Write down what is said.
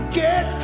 get